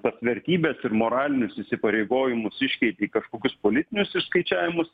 tas vertybes ir moralinius įsipareigojimus iškeitė į kažkokius politinius išskaičiavimus